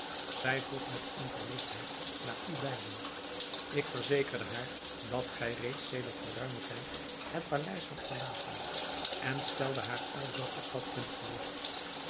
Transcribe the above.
zij vroeg met ongerustheid naar u beiden ik verzekerde haar dat gij reeds sedert geruimen tijd het paleis hadt verlaten en stelde haar alzoo op dat punt gerust